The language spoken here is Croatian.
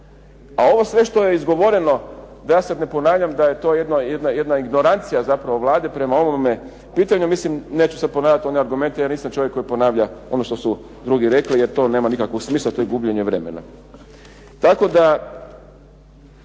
A ovo sve što je izgovoreno, da ja sada ne ponavljam da je to jedna ignorancija zapravo Vlade po ovom pitanju, mislim neće se ponoviti oni argumenti jer nisam čovjek koji ponavlja ono što su drugi rekli, jer to nema nikakvog smisla, to je gubljenje vremena.